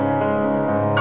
or